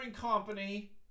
company